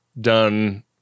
done